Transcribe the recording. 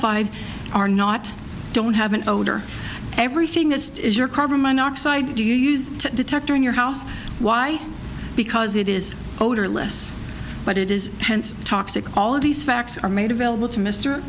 sulfide are not don't have an odor everything that is your carbon monoxide do you use the detector in your house why because it is odorless but it is toxic all of these facts are made available to mr